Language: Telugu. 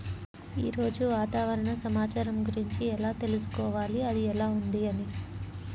ఈరోజు వాతావరణ సమాచారం గురించి ఎలా తెలుసుకోవాలి అది ఎలా ఉంది అని?